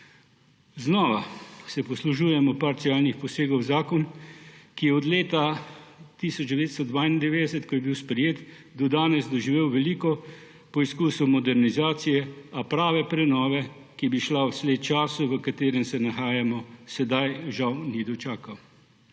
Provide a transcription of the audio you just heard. Znova se poslužujemo parcialnih posegov v zakon, ki je od leta 1992, ko je bil sprejet, do danes doživel veliko poskusov modernizacije, a prave prenove, ki bi šla v sledi časa, v katerem se nahajamo, sedaj žal ni dočakal.